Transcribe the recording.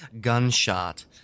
Gunshot